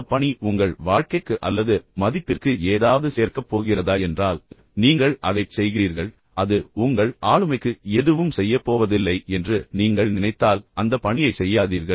இந்த பணி உங்கள் வாழ்க்கைக்கு அல்லது மதிப்பிற்கு ஏதாவது சேர்க்கப் போகிறதா என்று நீங்கள் கேட்கும்போது நீங்கள் அதைச் செய்கிறீர்கள் அது உங்கள் ஆளுமைக்கு எதுவும் செய்யப்போவதில்லை என்று நீங்கள் நினைத்தால் அந்த பணியைச் செய்யாதீர்கள்